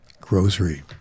Grocery